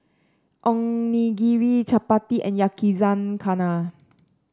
Onigiri Chapati and Yakizakana